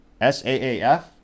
SAAF